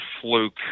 fluke